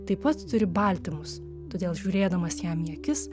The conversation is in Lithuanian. taip pat turi baltymus todėl žiūrėdamas jam į akis